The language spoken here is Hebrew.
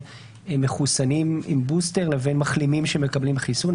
מחוסנים עם בוסטר לבין מחלימים שמקבלים חיסון?